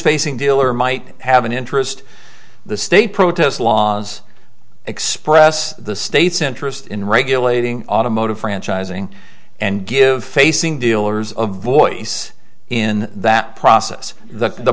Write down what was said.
facing dealer might have an interest the state protest laws express the state's interest in regulating automotive franchising and give facing dealers of voice in that process th